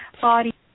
body